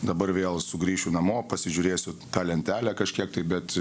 dabar vėl sugrįšiu namo pasižiūrėsiu tą lentelę kažkiek tai bet